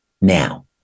Now